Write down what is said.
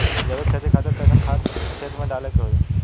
जैविक खेती खातिर कैसन खाद खेत मे डाले के होई?